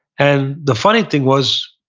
and the funny thing was,